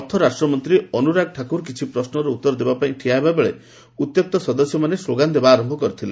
ଅର୍ଥରାଷ୍ଟ୍ରମନ୍ତ୍ରୀ ଅନୁରାଗ ଠାକୁର କିଛି ପ୍ରଶ୍ନର ଉତ୍ତର ଦେବାପାଇଁ ଠିଆହେବା ବେଳେ ଉତ୍ୟକ୍ତ ସଦସ୍ୟମାନେ ସ୍କୋଗାନଦେବା ଆରମ୍ଭ କରିଥିଲେ